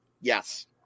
Yes